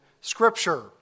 Scripture